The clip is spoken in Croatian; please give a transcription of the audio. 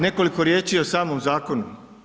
Nekoliko riječi i o samom zakonu.